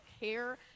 care